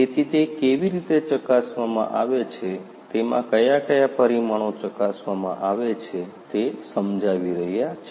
તેથી તે કેવી રીતે ચકાસવામાં આવે છે તેમાં કયા કયા પરિમાણો ચકાસવામાં આવે છે તે સમજાવી રહ્યા છે